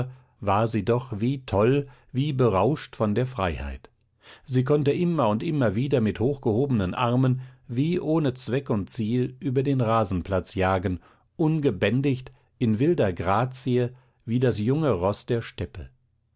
war sie doch wie toll wie berauscht von der freiheit sie konnte immer und immer wieder mit hochgehobenen armen wie ohne zweck und ziel über den rasenplatz jagen ungebändigt in wilder grazie wie das junge roß der steppe